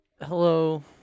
Hello